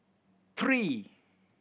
three